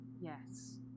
yes